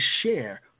share